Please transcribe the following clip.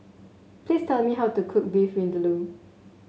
please tell me how to cook Beef Vindaloo